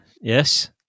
Yes